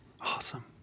Awesome